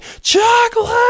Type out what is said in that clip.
chocolate